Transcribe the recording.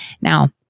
Now